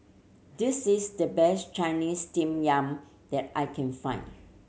this is the best Chinese Steamed Yam that I can find